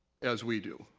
as we do.